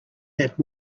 that